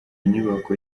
inyubako